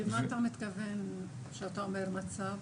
למה אתה מתכוון כשאתה אומר מצב?